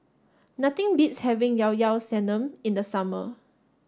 nothing beats having Llao Llao Sanum in the summer